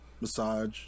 massage